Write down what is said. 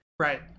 Right